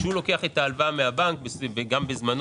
כשהוא לוקח את ההלוואה מן הבנק וגם בזמנו